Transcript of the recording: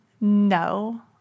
No